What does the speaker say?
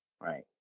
Right